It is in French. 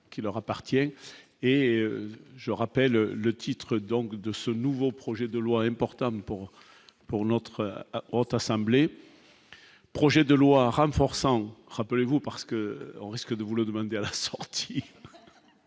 qui leur appartiennent et je rappelle le titre donc de ce nouveau projet de loi importante pour pour l'autre, la haute assemblée, projet de loi renforçant rappelez-vous parce que on risque de vous le demander à la sortie,